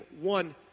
one